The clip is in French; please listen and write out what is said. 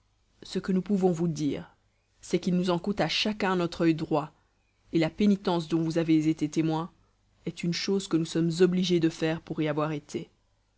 ce que nous pouvons vous dire c'est qu'il nous en coûte à chacun notre oeil droit et la pénitence dont vous avez été témoin est une chose que nous sommes obligés de faire pour y avoir été